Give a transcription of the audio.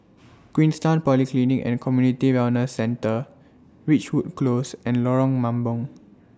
Queenstown Polyclinic and Community Wellness Centre Ridgewood Close and Lorong Mambong